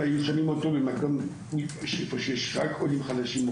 אם היו שמים אותו במקום בו יש רק עולים חדשים,